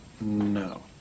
No